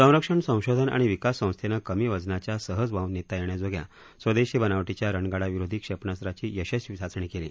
संरक्षण संशोधन आणि विकास संस्थेनं कमी वजनाच्या सहज वाहून नेता येण्याजोग्या स्वदेशी बनावटीच्या रणगाडाविरोधी क्षेपणास्त्राची यशस्वी चाचणी केली